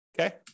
okay